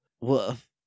Woof